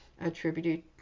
attributed